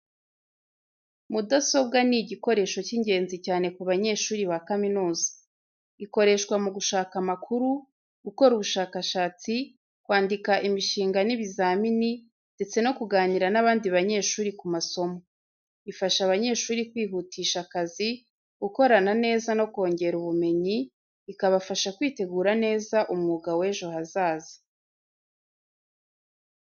Mudasobwa ni igikoresho cy’ingenzi cyane ku banyeshuri ba kaminuza. Ikoreshwa mu gushaka amakuru, gukora ubushakashatsi, kwandika imishinga n’ibizamini, ndetse no kuganira n’abandi banyeshuri ku masomo. Ifasha abanyeshuri kwihutisha akazi, gukorana neza no kongera ubumenyi, ikabafasha kwitegura neza umwuga w’ejo hazaza.